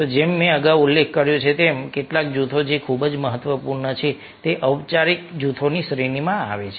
તો જેમ મેં અગાઉ ઉલ્લેખ કર્યો છે તેમ કેટલાક જૂથો જે ખૂબ જ મહત્વપૂર્ણ છે તે ઔપચારિક જૂથની શ્રેણીમાં આવે છે